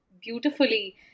beautifully